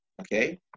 okay